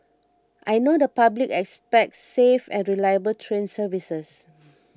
I know the public expects safe and reliable train services